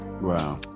Wow